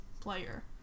player